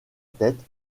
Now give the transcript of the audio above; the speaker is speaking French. tête